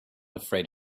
afraid